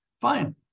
Fine